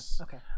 Okay